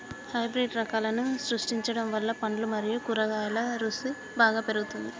hybrid రకాలను సృష్టించడం వల్ల పండ్లు మరియు కూరగాయల రుసి బాగా పెరుగుతుంది